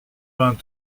vingt